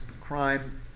crime